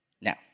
Now